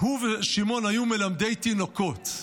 הוא ושמעון היו מלמדי תינוקות.